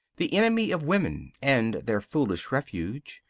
the enemy of women and their foolish refuge,